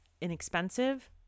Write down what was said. inexpensive